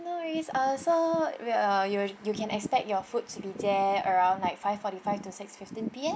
no worries uh so we uh you you can expect your food to be there around like five forty five to six fifteen P_M